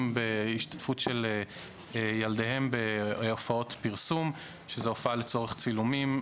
בהשתתפות ילדיהם בהופעות פרסום הופעה לצורך צילומים,